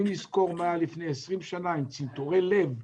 אם ניזכר מה היה לפני 20 שנים עם צנתורי לב,